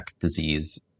disease